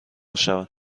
شوند